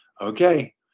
okay